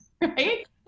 right